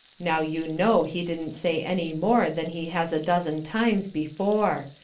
now you know he didn't say any more than he has a dozen times before.